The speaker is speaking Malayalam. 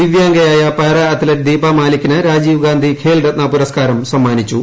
ദിവ്യാംഗയായ പാരാ അത്ലറ്റ് ദീപാ മാലികിന് രാജീവ് ഗാന്ധി ഖേൽരത്ന പുരസ്ക്കാരം സമ്മാനിച്ചു